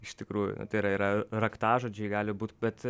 iš tikrųjų tai yra yra raktažodžiai gali būt bet